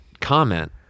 comment